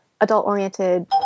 adult-oriented